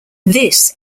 this